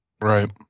right